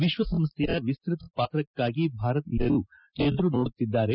ವಿಶ್ವಸಂಸ್ಥೆಯ ವಿಸ್ತತ ಪಾತ್ರಕ್ಕಾಗಿ ಭಾರತೀಯರು ಎದುರು ನೋಡುತ್ತಿದ್ದಾರೆ